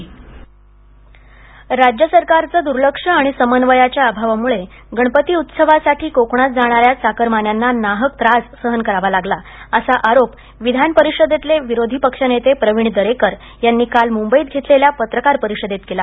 चाकरमानी राज्य सरकारचं दुर्लक्ष आणि समन्वयाच्या अभावामुळे गणपती उत्सवासाठी कोकणात जाणाऱ्या चाकरमान्यांना नाहक त्रास सहन करावा लागला असा आरोप विधानपरिषदेतले विरोधी पक्षनेते प्रवीण दरेकर यांनी काल मुंबईत घेतलेल्या पत्रकार परिषदेत केला